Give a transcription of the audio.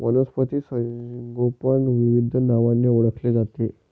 वनस्पती संगोपन विविध नावांनी ओळखले जाते